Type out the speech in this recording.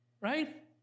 right